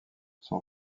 son